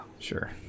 sure